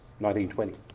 1920